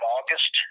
August